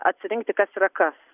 atsirinkti kas yra kas